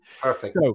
Perfect